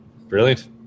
brilliant